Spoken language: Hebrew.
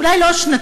אולי לא שנתיים,